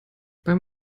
beim